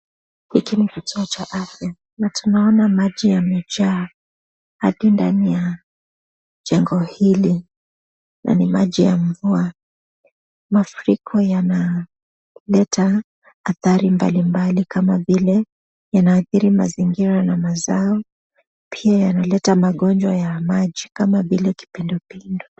Huku ni kituo cha afya na tunaona maji yamejaa hadi ndani ya jengo hili na ni maji ya mvua. Mafuriko yanaleta athari mbalimbali kama vile yanaathiri mazingira na mazao. Pia yanaleta magonjwa ya maji kama vile kipindupindu.